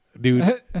Dude